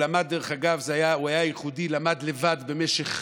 דרך אגב, הוא היה ייחודי, למד לבד במשך